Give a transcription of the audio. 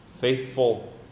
faithful